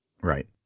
Right